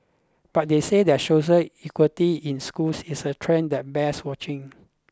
but they said that social inequality in schools is a trend that bears watching